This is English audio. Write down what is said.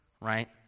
right